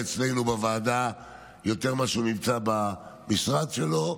אצלנו בוועדה יותר ממה שהוא נמצא במשרד שלו,